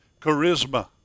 charisma